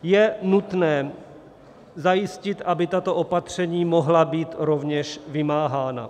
Je nutné zajistit, aby tato opatření mohla být rovněž vymáhána.